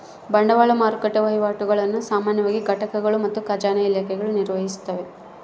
ಬಂಡವಾಳ ಮಾರುಕಟ್ಟೆ ವಹಿವಾಟುಗುಳ್ನ ಸಾಮಾನ್ಯವಾಗಿ ಘಟಕಗಳು ಮತ್ತು ಖಜಾನೆ ಇಲಾಖೆಗಳು ನಿರ್ವಹಿಸ್ತವ